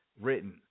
written